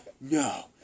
No